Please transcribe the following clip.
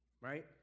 right